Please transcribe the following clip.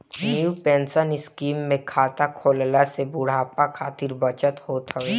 new pension scheme में खाता खोलला से बुढ़ापा खातिर बचत होत हवे